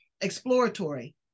exploratory